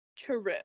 true